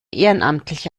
ehrenamtliche